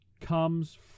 comes